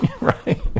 right